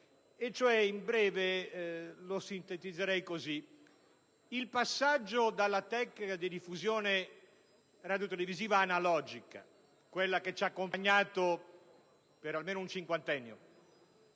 segue: il passaggio dalla tecnica di diffusione radiotelevisiva analogica, che ci ha accompagnato per almeno un cinquantennio,